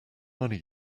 money